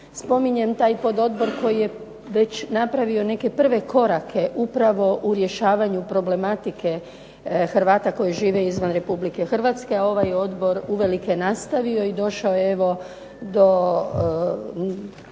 spominjem taj pododbor koji je već napravio neke prve korake upravo u rješavanju problematike Hrvata koji žive izvan RH, a ovaj odbor uvelike nastavio i došao je evo do